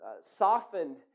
softened